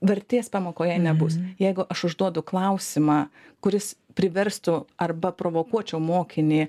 vertės pamokoje nebus jeigu aš užduodu klausimą kuris priverstų arba provokuočiau mokinį